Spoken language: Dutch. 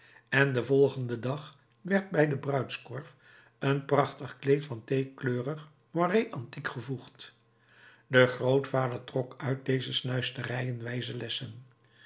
en den volgenden dag werd bij de bruidskorf een prachtig kleed van theekleurig moire antique gevoegd de grootvader trok uit deze snuisterijen wijze lessen